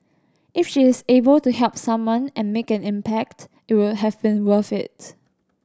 if she is able to help someone and make an impact it would have been worth it